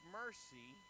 mercy